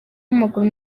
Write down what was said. w’amaguru